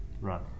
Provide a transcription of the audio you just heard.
Right